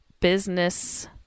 business